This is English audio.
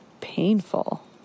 painful